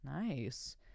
Nice